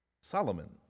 Solomon